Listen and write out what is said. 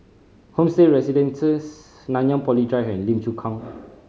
Homestay Residences Nanyang Poly Drive and Lim Chu Kang